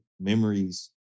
memories